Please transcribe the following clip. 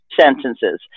sentences